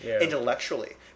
intellectually